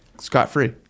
scot-free